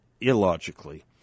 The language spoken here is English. illogically